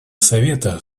совета